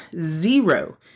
zero